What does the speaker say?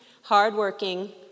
hardworking